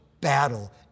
battle